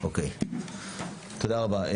תודה רבה.